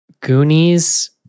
Goonies